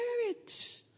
spirit